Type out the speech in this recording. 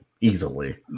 Easily